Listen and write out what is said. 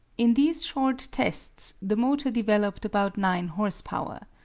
in these short tests the motor developed about nine horse-power.